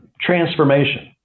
transformation